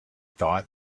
thought